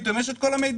פתאום יש את כל המידע?